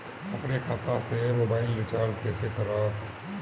अपने खाता से मोबाइल रिचार्ज कैसे करब?